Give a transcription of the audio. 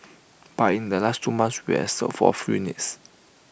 but in the last two months we have sold four units